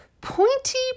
pointy